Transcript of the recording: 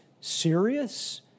serious